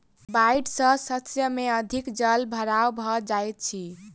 बाइढ़ सॅ शस्य में अधिक जल भराव भ जाइत अछि